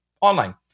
online